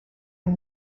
and